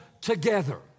together